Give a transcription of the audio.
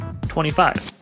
25